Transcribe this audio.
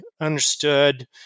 understood